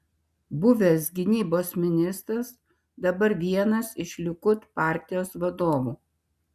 buvęs gynybos ministras dabar vienas iš likud partijos vadovų